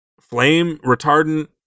flame-retardant